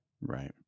Right